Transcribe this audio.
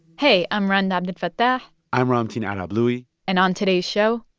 hey, i'm rund abdelfatah i'm ramtin ah arablouei and on today's show.